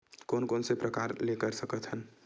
कोन कोन से प्रकार ले कर सकत हन?